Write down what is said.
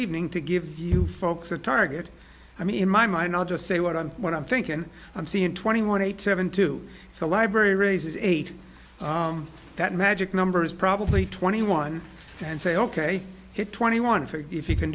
evening to give you folks a target i mean in my mind i'll just say what i'm what i'm thinking i'm seeing twenty one eight seven to the library raises eight that magic number is probably twenty one and say ok twenty one for if you can